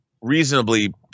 reasonably